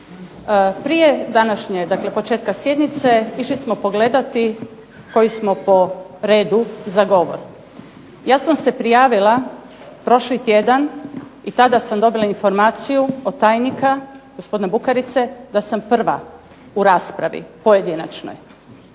današnje sjednice išli smo pogledati koji smo po redu za govor. Ja sam se prijavila prošli tjedan i tada sam dobila informaciju od tajnika gospodina Bukarice da sam prva u raspravi pojedinačnoj.